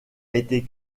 été